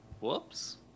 Whoops